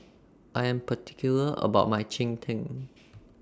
I Am particular about My Cheng Tng